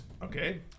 Okay